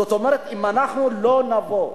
זאת אומרת, אם אנחנו לא נבוא,